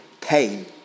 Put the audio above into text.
pain